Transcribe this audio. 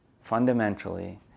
fundamentally